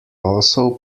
also